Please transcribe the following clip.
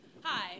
Hi